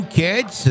kids